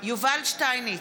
יובל שטייניץ,